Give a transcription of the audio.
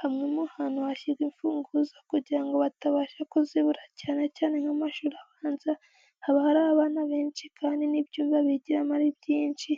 Hamwe mu hantu hashyirwa imfunguzo kugirango batabasha kuzibura cyane cyane nk'amashuri abanza haba hari abana benshi kandi n'ibyumba bigiramo ari byinshi,